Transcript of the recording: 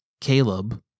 Caleb